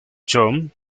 jon